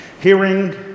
Hearing